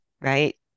right